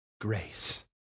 grace